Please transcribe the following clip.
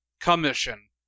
commission